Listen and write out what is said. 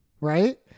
right